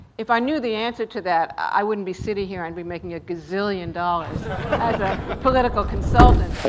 if i knew the answer to that, i wouldn't be sitting here. i'd be making a gazillion dollars political consultant,